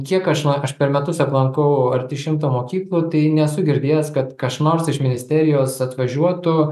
kiek aš va aš per metus aplankau arti šimto mokyklų tai nesu girdėjęs kad kas nors iš ministerijos atvažiuotų